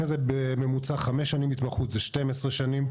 אחר כך בממוצע חמש שנים התמחות זה 12 שנים,